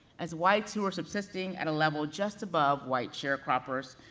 as whites who were subsisting at a level just above white sharecroppers,